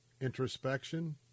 introspection